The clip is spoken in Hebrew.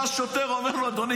בא השוטר אומר לו: אדוני,